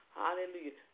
hallelujah